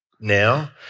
Now